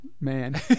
man